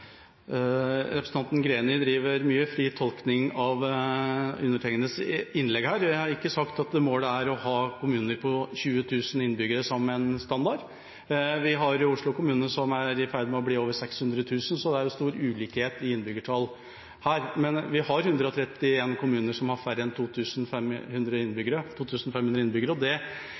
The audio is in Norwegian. Representanten Greni bedriver mye fri tolkning av undertegnedes innlegg her. Jeg har ikke sagt at målet er å ha kommuner på 20 000 innbyggere som en standard. Vi har Oslo kommune, som er i ferd med å bli over 600 000, så her er det stor ulikhet i innbyggertall. Vi har 131 kommuner med færre enn 2 500 innbyggere, og